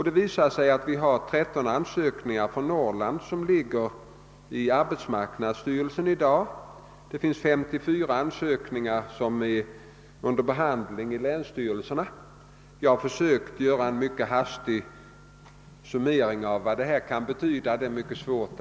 Det visar sig att i dag 13 ansökningar från Norrland ligger hos arbetsmarknadsstyrelsen och att 54 ansökningar är under behandling i länsstyrelserna. Jag har försökt göra en inventering av vad detta kan betyda i sysselsättningstillskott.